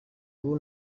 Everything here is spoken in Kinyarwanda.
ubu